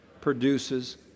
produces